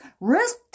risk